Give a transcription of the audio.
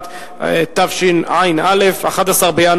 הצעת חוק לתיקון פקודת מס הכנסה (מס' 182),